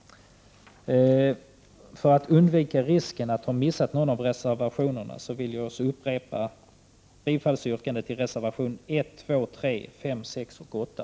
För att undvika risken att missa någon av reservationerna vill jag upprepa bifallsyrkandena till reservationerna 1, 2,3, 5, 6 och 8.